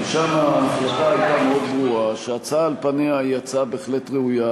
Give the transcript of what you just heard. ושם ההחלטה הייתה מאוד ברורה: שההצעה על פניה היא הצעה בהחלט ראויה,